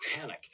panic